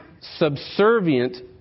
subservient